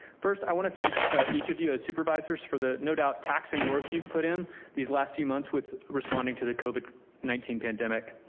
first, i want to thank each of you as supervisors for the no doubt taxing work you've put in these last few months with responding to the covid nineteen pandemic.